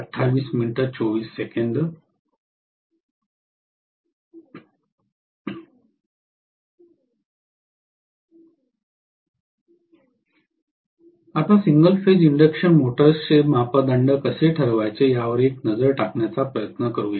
आता single phase induction मोटर्सचे मापदंड कसे ठरवायचे यावर एक नजर टाकण्याचा प्रयत्न करूया